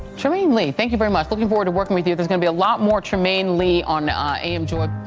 trymaine lee, thank you very much. looking forward to working with you. there's gonna be a lot more trymaine lee on am joy.